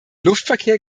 luftverkehr